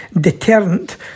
deterrent